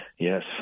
Yes